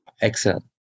Excel